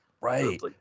Right